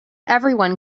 everyone